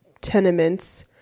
tenements